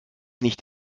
nicht